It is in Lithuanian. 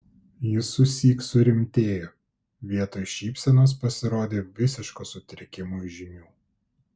jis susyk surimtėjo vietoj šypsenos pasirodė visiško sutrikimo žymių